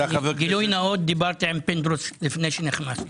גילוי נאות דיברתי עם פינדרוס לפני שנכנסנו.